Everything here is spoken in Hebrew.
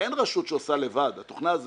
אין רשות שעושה לבד, התוכנה זה